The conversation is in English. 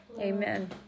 Amen